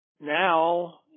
Now